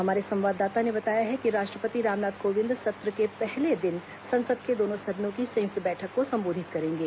हमारे संवाददाता ने बताया है कि राष्ट्रपति रामनाथ कोविंद सत्र के पहले दिन संसद के दोनों सदनों की संयुक्त बैठक को संबोधित करेंगे